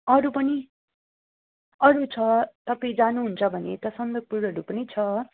अरू पनि अरू छ तपाईँ जानुहुन्छ भने यता सन्दकपुरहरू पनि छ